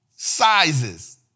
Sizes